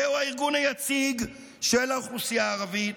זהו הארגון היציג של האוכלוסייה הערבית,